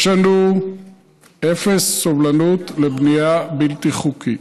יש לנו אפס סובלנות לבנייה בלתי חוקית.